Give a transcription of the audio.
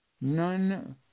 None